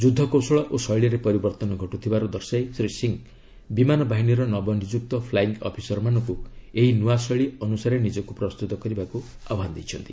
ଯୁଦ୍ଧ କୌଶଳ ଓ ଶୈଳୀରେ ପରିବର୍ତ୍ତନ ଘଟୁଥିବାର ଦର୍ଶାଇ ଶ୍ରୀ ସିଂହ ବିମାନ ବାହିନୀର ନବନିଯୁକ୍ତ ଫ୍ଲାଇଙ୍ଗ୍ ଅଫିସରମାନଙ୍କୁ ଏହି ନୂଆ ଶୈଳୀ ଅନୁସାରେ ନିଜକୁ ପ୍ରସ୍ତୁତ କରିବାକୁ ଆହ୍ପାନ ଦେଇଛନ୍ତି